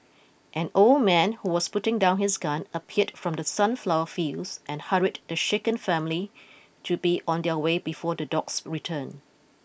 an old man who was putting down his gun appeared from the sunflower fields and hurried the shaken family to be on their way before the dogs return